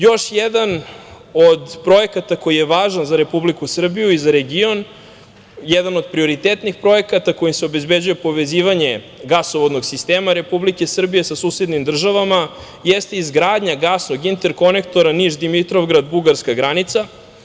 Još jedan od projekata koji je važan za Republiku Srbiju i za region, jedan od prioritetnih projekata kojim se obezbeđuje povezivanje gasovodnog sistema Republike Srbije sa susednim državama, jeste izgradnja gasnog interkonektora Niš–Dimitrovgrad –bugarska granica.